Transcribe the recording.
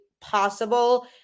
possible